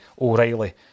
O'Reilly